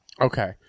Okay